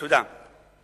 תודה.